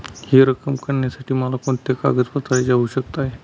हि रक्कम काढण्यासाठी मला कोणत्या कागदपत्रांची आवश्यकता आहे?